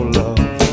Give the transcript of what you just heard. love